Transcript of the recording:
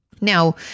Now